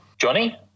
Johnny